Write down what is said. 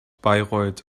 bayreuth